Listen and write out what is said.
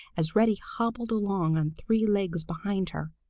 as reddy hobbled along on three legs behind her,